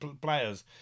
players